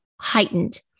heightened